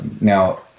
now